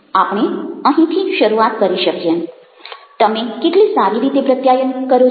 આપણે અહીંથી શરૂઆત કરી શકીએ તમે કેટલી સારી રીતે પ્રત્યાયન કરો છો